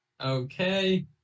okay